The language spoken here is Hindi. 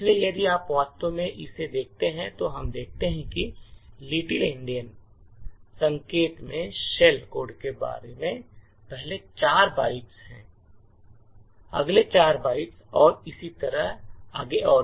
इसलिए यदि आप वास्तव में इसे देखते हैं तो हम देखते हैं कि लिटिल एंडियन संकेतन में शेल कोड के पहले चार बाइट्स हैं अगले चार बाइट्स और इसी तरह आगे भी हैं